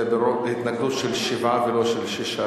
התנגדות של שבעה ולא שישה,